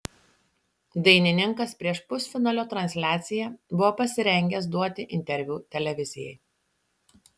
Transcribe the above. dainininkas prieš pusfinalio transliaciją buvo pasirengęs duoti interviu televizijai